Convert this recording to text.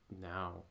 now